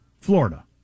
Florida